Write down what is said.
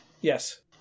Yes